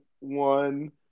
one